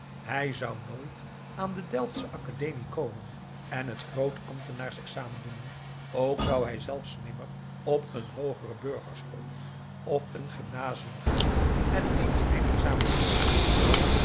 hij zou nooit aan de delftsche academie komen en t groot ambtenaarsexamen doen ook zou hij zelfs nimmer op een hoogere burgerschool of een gymnasium gaan en eenig eindexamen doen